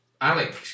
Alex